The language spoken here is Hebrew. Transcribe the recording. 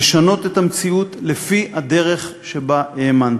לשנות את המציאות לפי הדרך שבה האמנתי.